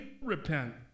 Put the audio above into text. repent